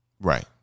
Right